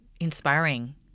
inspiring